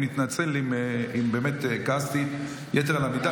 אני מתנצל אם באמת כעסתי יתר על המידה.